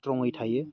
स्ट्रङै थायो